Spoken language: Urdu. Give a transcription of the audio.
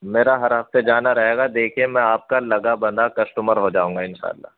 میرا ہر ہفتے جانا رہے گا دیکھیے میں آپ کا لگا بندھا کسٹمر ہو جاؤں گا ان شاء اللہ